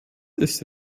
ist